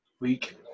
Week